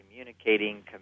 communicating